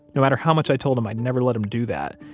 no matter how much i told him i'd never let him do that,